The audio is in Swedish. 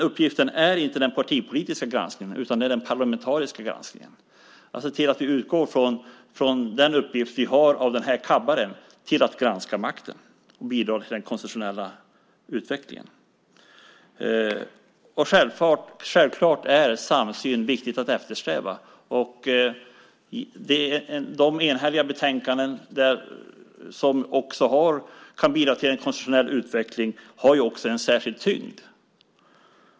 Uppgiften är inte den partipolitiska granskningen utan den parlamentariska granskningen och att se till att vi utgår från den uppgift vi har av kammaren att granska makten och bidra till den konstitutionella utvecklingen. Det är självklart viktigt att eftersträva samsyn. De enhälliga betänkanden som kan bidra till en konstitutionell utveckling har en särskild tyngd.